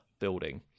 building